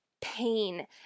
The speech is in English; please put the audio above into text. pain